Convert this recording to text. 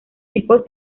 tipos